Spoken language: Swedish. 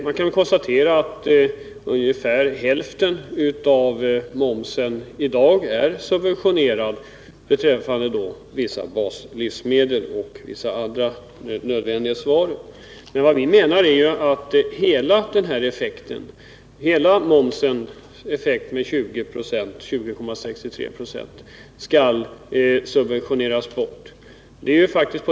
Man kan konstatera att ungefär hälften av momsen i dag är subventionerad beträffande vissa baslivsmedel och vissa andra nödvändighetsvaror. Men vad vi menar är att hela momseffekten på 20,63 96 skall subventioneras bort.